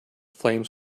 flames